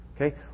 Okay